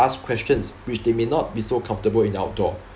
ask questions which they may not be so comfortable in the outdoor